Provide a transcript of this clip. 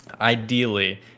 ideally